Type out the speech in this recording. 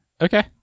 Okay